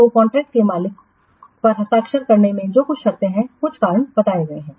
तो कॉन्ट्रैक्ट के मालिक पर हस्ताक्षर करने में जो कुछ शर्तें हैं कुछ कारण बताए गए हैं